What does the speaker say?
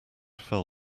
fell